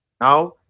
Now